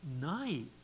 night